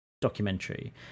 documentary